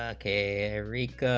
ah k ric